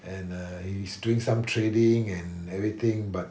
and uh he's doing some trading and everything but